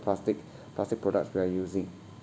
plastic plastic products we are using